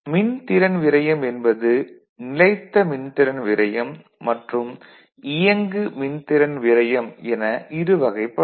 மின்திறன் விரயம் என்பது நிலைத்த மின்திறன் விரயம் மற்றும் இயங்கு மின்திறன் விரயம் என இரு வகைப்படும்